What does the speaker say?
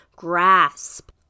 grasp